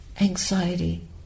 anxiety